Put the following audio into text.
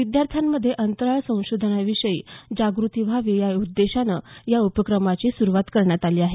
विद्यार्थ्यांमधे अंतराळ संशोधनाविषयी जागृती व्हावी या उद्देशानं या उपक्रमाची सुरुवात करण्यात आली आहे